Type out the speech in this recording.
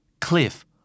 cliff